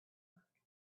work